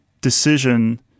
decision